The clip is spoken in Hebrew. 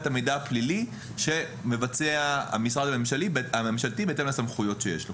המידע הפלילי שמבצע המשרד הממשלתי בהתאם לסמכויות שיש לו.